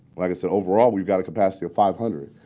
like i said, overall we've got a capacity of five hundred.